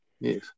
yes